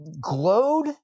glowed